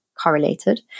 correlated